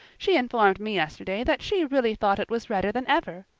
she informed me yesterday that she really thought it was redder than ever,